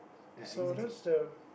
so that's the